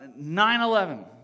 9-11